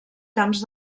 camps